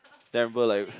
then I remember like